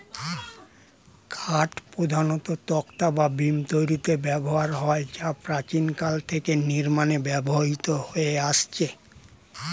কাঠ প্রধানত তক্তা বা বিম তৈরিতে ব্যবহৃত হয় যা প্রাচীনকাল থেকে নির্মাণে ব্যবহৃত হয়ে আসছে